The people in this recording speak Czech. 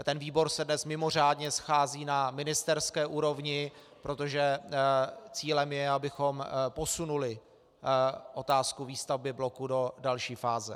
Ten výbor se dnes mimořádně schází na ministerské úrovni, protože cílem je, abychom posunuli otázku výstavby bloku do další fáze.